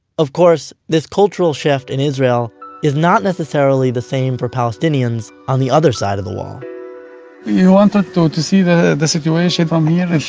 of course, this cultural shift in israel is not necessarily the same for palestinians on the other side of the wall you wanted to see the the situation from here sure,